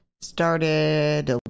started